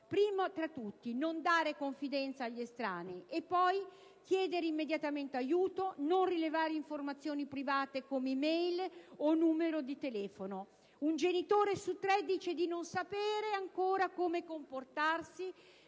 primo dei quali è non dare confidenza agli estranei e poi chiedere immediatamente aiuto e non rivelare informazioni private come *e-mail* o numero di telefono. Un genitore su tre dice di non sapere ancora come comportarsi